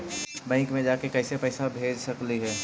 Bank मे जाके कैसे पैसा भेज सकली हे?